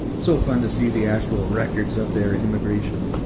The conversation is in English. so fun to see the actual records of their immigration.